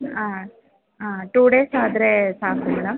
ಹಾಂ ಹಾಂ two days ಆದರೆ ಸಾಕು ಮೇಡಂ